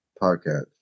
podcast